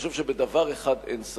אני חושב שבדבר אחד אין ספק: